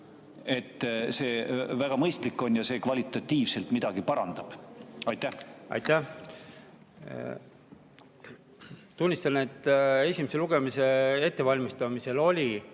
et see väga mõistlik on ja kvalitatiivselt midagi parandab. Aitäh! Tunnistan, et esimese lugemise ettevalmistamisel oli